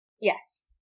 Yes